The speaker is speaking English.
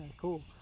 cool